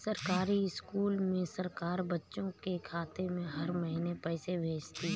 सरकारी स्कूल में सरकार बच्चों के खाते में हर महीने पैसे भेजती है